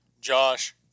Josh